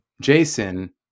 Jason